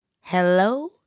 hello